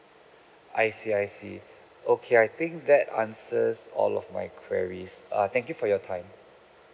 I see I see okay I think that answers all of my queries err thank you for your time